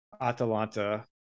Atalanta